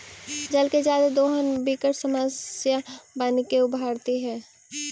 जल के जादे दोहन विकट समस्या बनके उभरित हई